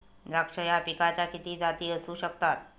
द्राक्ष या पिकाच्या किती जाती असू शकतात?